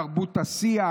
תרבות השיח,